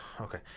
okay